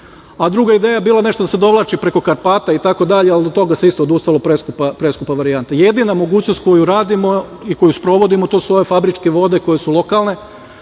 Druga ideja je bila da se nešto dovlači preko Karpata itd.ali i od toga se isto odustalo, preskupa varijanta. Jedina mogućnost koju radimo i koju sprovodimo, to su ove fabričke vode koje su lokalne.